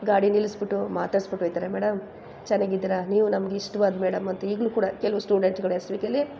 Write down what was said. ಗಾಡಿ ನಿಲ್ಲಿಸ್ಬಿಟ್ಟು ಮಾತಾಡ್ಸ್ಬಿಟ್ಟು ಹೋಗ್ತಾರೆ ಮೇಡಮ್ ಚೆನ್ನಾಗಿದ್ದೀರಾ ನೀವು ನಮ್ಗೆ ಇಷ್ಟ್ವಾದ ಮೇಡಮ್ ಅಂತ ಈಗಲೂ ಕೂಡ ಕೆಲವು ಸ್ಟೂಡೆಂಟ್ಗಳು ಎಸ್ ವಿ ಕೆಲಿ